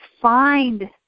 find